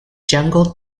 jungle